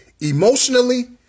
emotionally